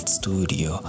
studio